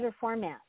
format